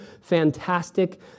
fantastic